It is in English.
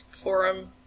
Forum